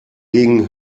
gegen